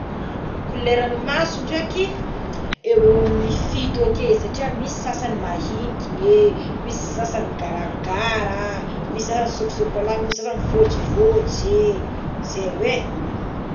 Koleran'ny maso ndraiky eo eo amigny fito eo eo satria misy sasagny maintigny é misy sasgny garagara misy sasany sokosokola misy sasagny fotsifotsy né ze oé.